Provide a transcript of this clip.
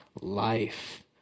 life